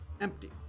empty